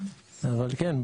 אבל כן,